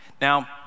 Now